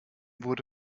wurde